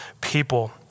people